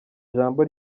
ijambo